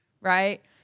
right